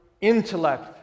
intellect